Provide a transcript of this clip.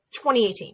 2018